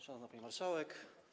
Szanowna Pani Marszałek!